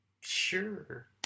Sure